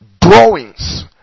drawings